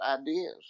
ideas